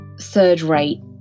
third-rate